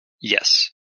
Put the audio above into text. Yes